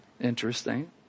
interesting